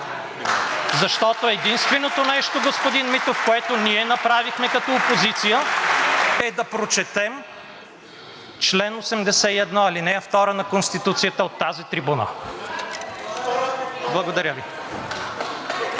защото единственото нещо, господин Митов, което ние направихме като опозиция, е да прочетем чл. 81, ал. 2 на Конституцията от тази трибуна?! Благодаря Ви.